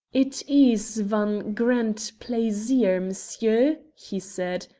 it ees von grand plaisir, m'sieu, he said,